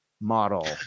model